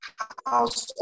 house